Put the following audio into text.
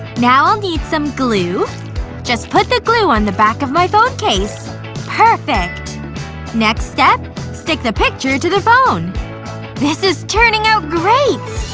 now i'll need some glue just put the glue on the back of my phone case perfect next step stick the picture to the phone this is turning out great!